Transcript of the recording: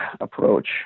approach